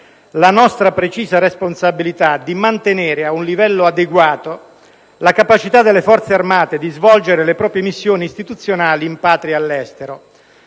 la nostra precisa responsabilità di mantenere a un livello adeguato la capacità delle Forze armate di svolgere le proprie missioni istituzionali in Patria e all'estero.